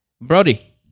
Brody